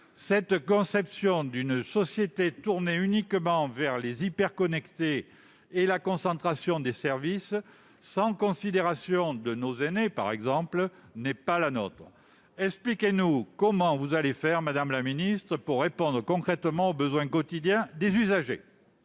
Cette conception d'une société tournée uniquement vers les hyperconnectés et la concentration des services, sans considération de nos aînés, par exemple, n'est pas la nôtre. Madame la ministre, expliquez-nous comment vous ferez pour répondre concrètement aux besoins quotidiens des usagers